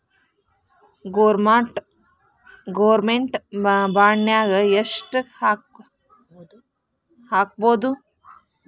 Government ಬಾಂಡ್ನಾಗ್ ಯೆಷ್ಟ್ ಹಾಕ್ಬೊದು?